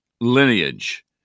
lineage